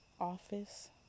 office